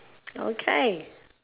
okay